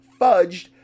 fudged